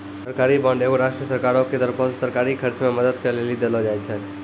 सरकारी बांड एगो राष्ट्रीय सरकारो के तरफो से सरकारी खर्च मे मदद करै लेली देलो जाय छै